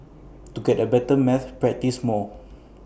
to get A better at maths practise more